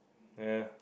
ya